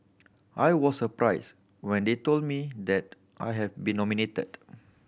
I was surprised when they told me that I had been nominated